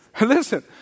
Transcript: Listen